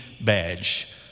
badge